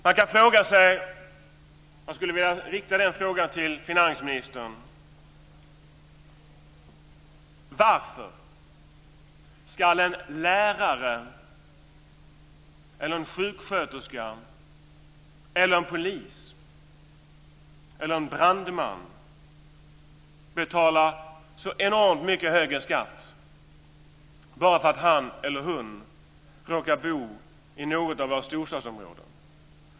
Man kan fråga sig - och jag skulle vilja rikta den frågan till finansministern - varför en lärare, en sjuksköterska, en polis eller en brandman betala så enormt mycket högre skatt bara för att han eller hon råkar bo i något av våra storstadsområden?